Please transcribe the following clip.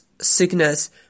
sickness